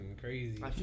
crazy